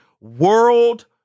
world